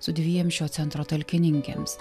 su dviem šio centro talkininkėms